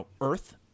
Earth –